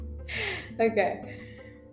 Okay